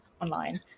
online